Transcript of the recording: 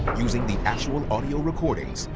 using the actual audio recordings.